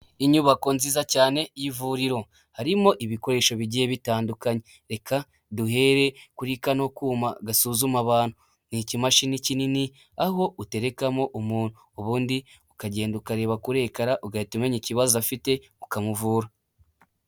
Inyubako nziza cyane y'ivuriro harimo ibikoresho bigiye bitandukanye, reka duhere kuri kano kuma gasuzuma abantu; ni ikimashini kinini aho uterekamo umuntu ubundi ukagenda ukareba kurekara ugahita umenya ikibazo afite ukamuvura.